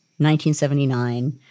1979